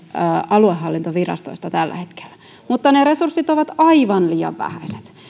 aluehallintovirastoista tällä hetkellä mutta ne resurssit ovat aivan liian vähäiset